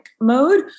mode